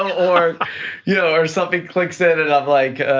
or yeah or something clicks in and i'm like,